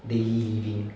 daily living